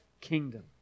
kingdom